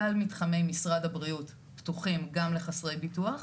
כלל מתחמי משרד הבריאות פתוחים גם לחסרי ביטוח.